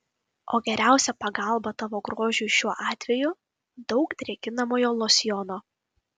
o geriausia pagalba tavo grožiui šiuo atveju daug drėkinamojo losjono